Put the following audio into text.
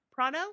Prano